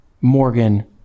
Morgan